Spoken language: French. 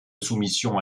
soumission